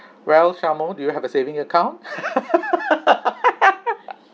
well shamu do you have a saving account